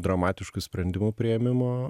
dramatiškų sprendimų priėmimo